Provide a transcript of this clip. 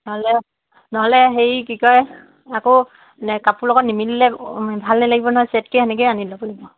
নহ'লে নহ'লে হেৰি কি কয় আকৌ কাপোৰ লগত নিমিলিলে ভাল নালাগিব নহয় ছেটকৈ তেনেকৈ আনি ল'ব লাগিব